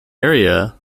area